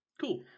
Cool